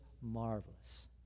marvelous